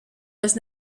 was